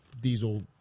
diesel